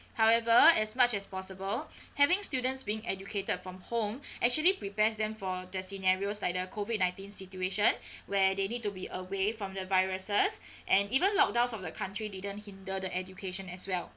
however as much as possible having students being educated from home actually prepares them for the scenarios like the COVID nineteen situation where they need to be away from the viruses and even lock downs of the country didn't hinder the education as well